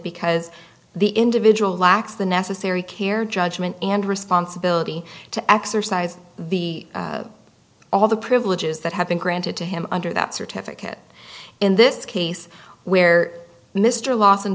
because the individual lacks the necessary care judgement and responsibility to exercise the all the privileges that have been granted to him under that certificate in this case where mr lawson